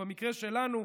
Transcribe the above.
ובמקרה שלנו,